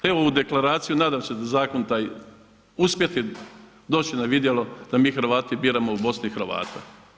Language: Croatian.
Evo ovu Deklaraciju, nadam se da zakon taj, uspjeti doći na vidjelo da mi Hrvati biramo u Bosni Hrvata.